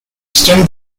extend